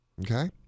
okay